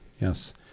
yes